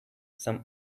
some